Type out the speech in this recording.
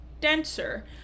denser